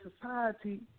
society